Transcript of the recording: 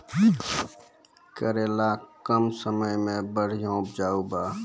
करेला कम समय मे बढ़िया उपजाई बा?